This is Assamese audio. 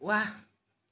ৱাহ